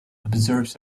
observes